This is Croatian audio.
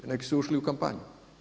Neki su ušli u kampanju.